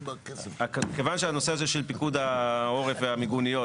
כיוון שהנושא הה של פיקוד העורף והמיגוניות